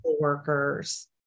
workers